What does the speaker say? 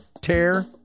tear